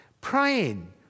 Praying